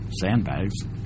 sandbags